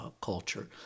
culture